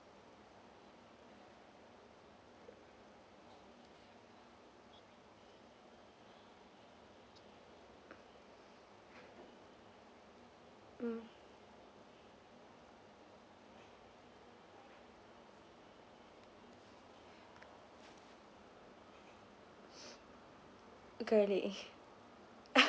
mm uh currently